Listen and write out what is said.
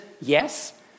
yes